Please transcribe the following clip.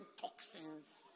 toxins